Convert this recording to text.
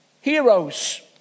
Heroes